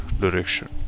direction